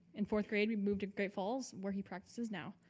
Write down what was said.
in fourth grade we moved to great falls where he practices now.